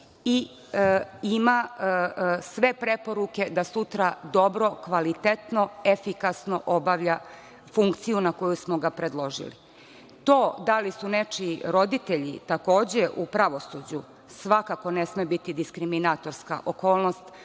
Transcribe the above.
i ima sve preporuke da sutra dobro, kvalitetno, efikasno obavlja funkciju na koju smo ga predložili. To da li su nečiji roditelji takođe u pravosuđu, svakako ne sme biti diskriminatorska okolnost